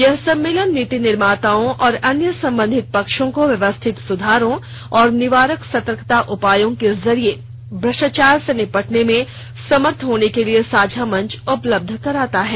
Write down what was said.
यह सम्मेलन नीति निर्माताओं और अन्य संबंधित पक्षों को व्यवस्थित सुधारों और निवारक सतर्कता उपायों के जरिये भ्रष्टाचार से निपटने में समर्थ होने के लिए साझा मंच उपलब्ध कराता है